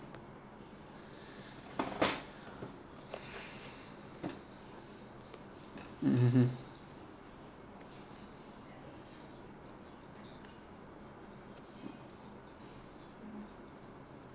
mmhmm